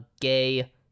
gay